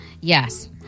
Yes